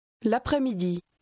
L'après-midi